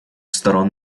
сторон